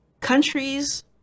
countries